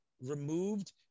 removed